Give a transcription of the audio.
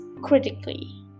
critically